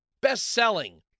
best-selling